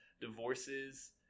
divorces –